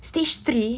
stage three